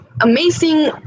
amazing